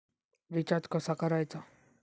Recharge कसा करायचा?